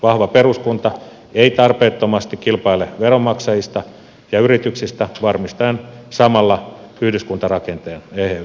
vahva peruskunta ei tarpeettomasti kilpaile veronmaksajista ja yrityksistä varmistaen samalla yhdyskuntarakenteen eheyden